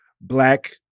Black